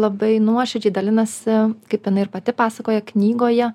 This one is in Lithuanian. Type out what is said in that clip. labai nuoširdžiai dalinasi kaip jinai ir pati pasakoja knygoje